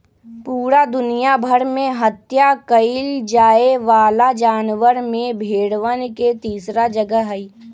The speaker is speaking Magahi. पूरा दुनिया भर में हत्या कइल जाये वाला जानवर में भेंड़वन के तीसरा जगह हई